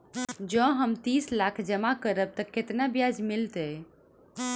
जँ हम तीस लाख जमा करबै तऽ केतना ब्याज मिलतै?